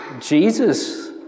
Jesus